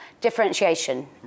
differentiation